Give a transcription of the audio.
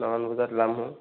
নটামান বজাত ওলাম অঁ